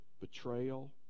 betrayal